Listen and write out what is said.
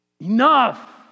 Enough